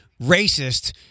racist